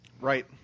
Right